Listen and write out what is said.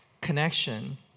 connection